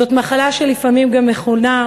זאת מחלה שלפעמים גם מכונה,